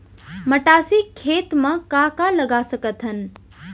मटासी खेत म का का लगा सकथन?